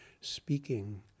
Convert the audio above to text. speaking